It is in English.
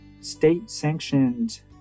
state-sanctioned